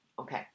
Okay